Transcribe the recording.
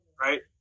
right